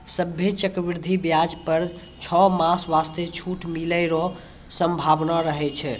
सभ्भे चक्रवृद्धि व्याज पर छौ मास वास्ते छूट मिलै रो सम्भावना रहै छै